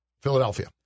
Philadelphia